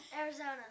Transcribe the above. Arizona